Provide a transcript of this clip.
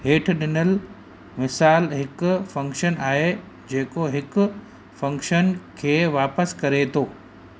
हेठिॾिनलु मिसाल हिकु फ़ंक्शन आहे जेको हिकु फ़ंक्शन खे वापसि करे थो